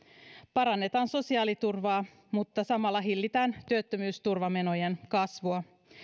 parannetaan sosiaaliturvaa mutta samalla hillitään työttömyysturvamenojen kasvua